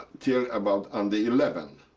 till about um the eleventh.